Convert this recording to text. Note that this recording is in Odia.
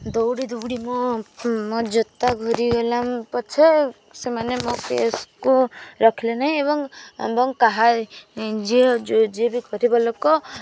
ଦଉଡ଼ି ଦଉଡ଼ି ମୋ ମୋ ଜୋତା ଘୋରି ଗଲା ପଛେ ସେମାନେ ମୋ କେସ୍କୁ ରଖିଲେ ନାହିଁ ଏବଂ ଏବଂ କାହା ଯିଏ ବି ଗରିବ ଲୋକ